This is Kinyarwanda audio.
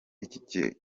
iki